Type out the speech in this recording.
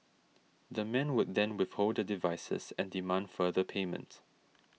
the men would then withhold the devices and demand further payment